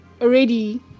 already